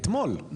אתמול,